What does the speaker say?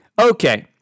Okay